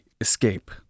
escape